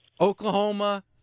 Oklahoma